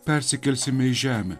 persikelsime į žemę